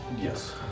Yes